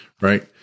Right